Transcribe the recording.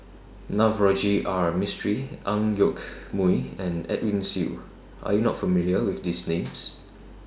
Navroji R Mistri Ang Yoke Mooi and Edwin Siew Are YOU not familiar with These Names